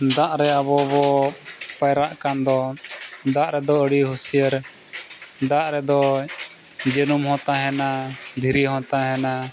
ᱫᱟᱜ ᱨᱮ ᱟᱵᱚ ᱵᱚ ᱯᱟᱭᱨᱟᱜ ᱠᱟᱱ ᱫᱚ ᱫᱟᱜ ᱨᱮᱫᱚ ᱟᱹᱰᱤ ᱦᱩᱥᱭᱟᱹᱨ ᱫᱟᱜ ᱨᱮᱫᱚ ᱡᱟᱹᱱᱩᱢ ᱦᱚᱸ ᱛᱟᱦᱮᱱᱟ ᱫᱷᱤᱨᱤ ᱦᱚᱸ ᱛᱟᱦᱮᱱᱟ